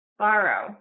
borrow